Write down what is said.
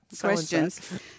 Questions